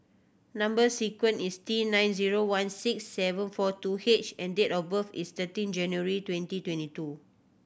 number sequence is T nine one six seven four two H and date of birth is thirteen January twenty twenty two